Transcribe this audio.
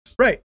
Right